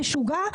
משוגע,